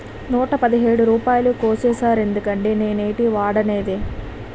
నూట పదిహేడు రూపాయలు కోసీసేరెందుకండి నేనేటీ వోడనేదే